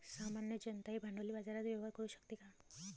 सामान्य जनताही भांडवली बाजारात व्यवहार करू शकते का?